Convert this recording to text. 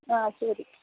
ആ ശരി